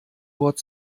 wort